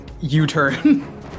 U-turn